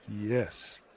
Yes